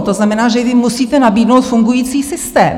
To znamená, že vy jim musíte nabídnout fungující systém.